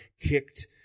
kicked